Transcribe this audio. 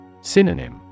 Synonym